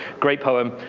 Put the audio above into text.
great poem.